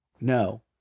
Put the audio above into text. no